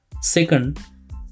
second